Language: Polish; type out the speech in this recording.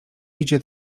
idzie